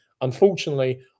Unfortunately